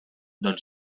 don